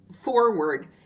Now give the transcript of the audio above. forward